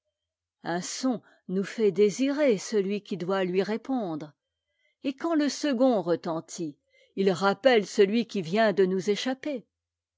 un son nous fait désirer celui qui doit lui répondre et quandle second retentit il rappelle celui qui vient de nous échapper